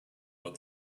what